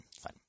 Fine